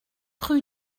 rue